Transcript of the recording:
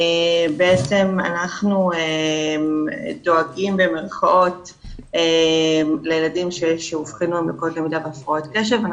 אנחנו "דואגים" במירכאות לילדים שאובחנו עם לקויות למידה והפורעות קשב.